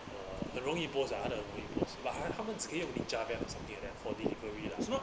uh 很容易 post ah 它很容易 but ha~ 他们只可以用 ninja van or something like that for delivery lah